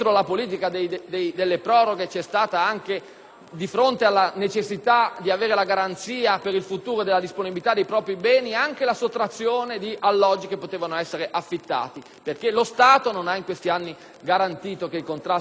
a fronte della necessità di avere garanzie per il futuro in merito alla disponibilità dei propri beni, ha portato anche alla riduzione degli alloggi che potevano essere affittati, perché lo Stato non ha in questi anni garantito che i contratti venissero onorati e che il diritto alla proprietà